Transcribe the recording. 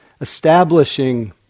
establishing